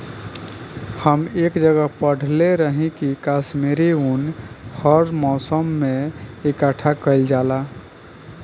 हम एक जगह पढ़ले रही की काश्मीरी उन हर मौसम में इकठ्ठा कइल जाला